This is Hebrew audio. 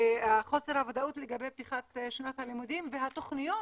וחוסר הוודאות לגבי פתיחת שנת הלימודים והתוכניות